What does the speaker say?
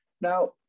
Now